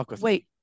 wait